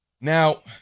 Now